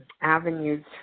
avenues